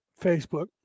Facebook